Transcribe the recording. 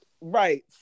Right